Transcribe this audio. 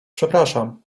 przepraszam